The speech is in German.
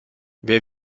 wer